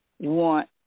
want